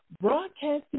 broadcasting